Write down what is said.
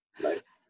Nice